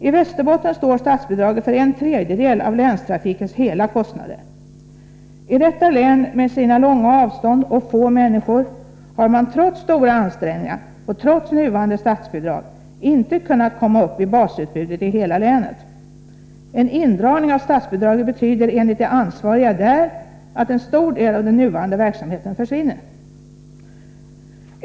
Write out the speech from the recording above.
I Västerbotten står statsbidraget för en tredjedel av länstrafikens hela kostnader. I detta län med sina långa avstånd och få människor har man trots stora ansträngningar och trots nuvarande statsbidrag inte kunnat komma upp i basutbudet i hela länet. En indragning av statsbidraget betyder enligt de ansvariga där att en stor del av den nuvarande verksamheten försvinner.